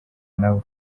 nawe